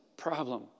problem